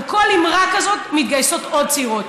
על כל אמירה כזאת מתגייסות עוד צעירות.